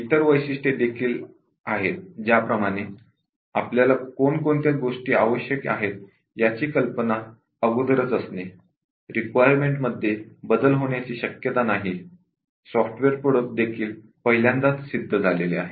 इतर वैशिष्ट्ये देखील आहेत ज्याप्रमाणे आपल्याला कोणकोणत्या गोष्टी आवश्यक आहेत याची कल्पना अगोदरच असणे रिक्वायरमेंटमध्ये बदल होण्याची शक्यता नसणे सॉफ्टवेअर प्रॉडक्ट पहिल्यांदाच सिद्ध झालेले असणे